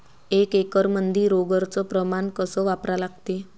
एक एकरमंदी रोगर च प्रमान कस वापरा लागते?